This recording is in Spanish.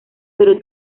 pero